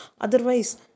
Otherwise